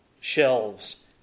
shelves